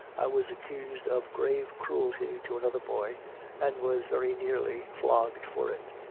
i was accused of grave cruelty to another boy and was very nearly flogged for it.